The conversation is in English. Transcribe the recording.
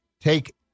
take